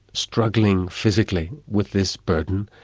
struggling physically with this burden,